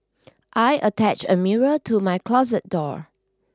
I attached a mirror to my closet door